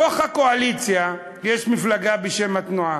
בתוך הקואליציה יש מפלגה בשם התנועה,